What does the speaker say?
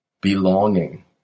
Belonging